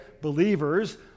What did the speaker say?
believers